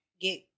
get